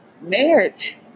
Marriage